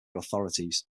authorities